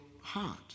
heart